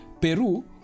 peru